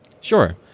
Sure